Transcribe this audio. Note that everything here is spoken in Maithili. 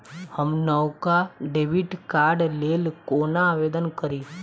हम नवका डेबिट कार्डक लेल कोना आवेदन करी?